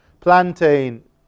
plantain